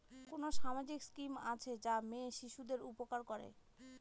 কোন সামাজিক স্কিম আছে যা মেয়ে শিশুদের উপকার করে?